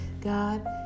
God